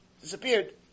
Disappeared